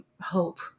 hope